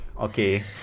Okay